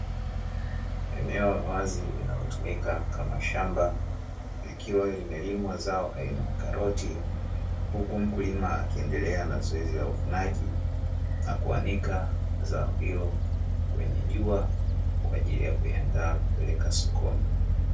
Eneo la wazi linalotumika kama shamba likiwa limelimwa zao aina ya karoti, huku mkulima akiendelea na zoezi la uvunaji na kuanika zao hilo kwenye jua kwa ajili ya kuyaandaa kupeleka sokoni.